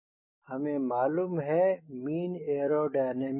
हमें मालूम है मीन एयरोडायनामिक कॉर्ड